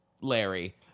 Larry